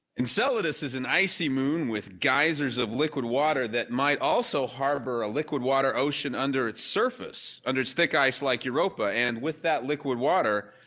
enceladus is an icy moon with geysers of liquid water that might also harbor a liquid water ocean under its surface under its thick ice, like europa and with that liquid water,